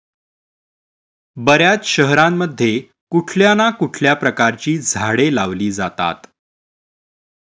बर्याच शहरांमध्ये कुठल्या ना कुठल्या प्रकारची झाडे लावली जातात